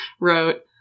wrote